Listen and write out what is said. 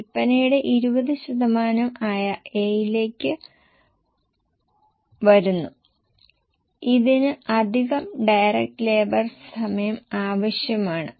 ചെലവിൽ 12 ശതമാനം വർധനവുണ്ടായപ്പോൾ വോളിയത്തിൽ 10 ശതമാനം മാത്രം വർധനയുണ്ടായി എന്ന് കാണാം